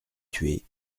tué